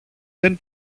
δεν